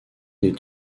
des